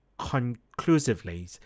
conclusively